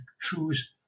choose